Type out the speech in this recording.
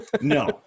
no